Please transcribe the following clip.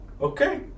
okay